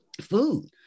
food